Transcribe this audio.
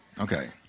Okay